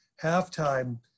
halftime